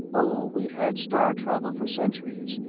oh, we'd had star-travel for centuries,